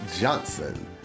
Johnson